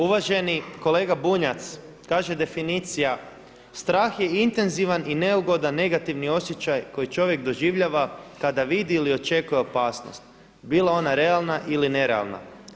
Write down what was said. Uvaženi kolega Bunjac, kaže definicija, strah je intenzivan i neugodan negativni osjećaj koji čovjek doživljava kada vidi ili očekuje opasnost, bila ona realna ili nerealna.